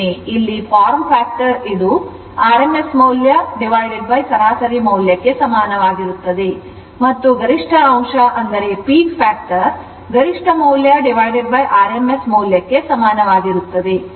ಇದರರ್ಥ ಇಲ್ಲಿ form factor rms ಮೌಲ್ಯ ಸರಾಸರಿ ಮೌಲ್ಯಕ್ಕೆ ಸಮಾನವಾಗಿರುತ್ತದೆ ಮತ್ತು ಗರಿಷ್ಠ ಅಂಶ ಗರಿಷ್ಠ ಮೌಲ್ಯ rms ಮೌಲ್ಯಕ್ಕೆ ಸಮಾನವಾಗಿರುತ್ತದೆ